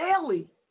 daily